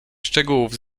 szczegółów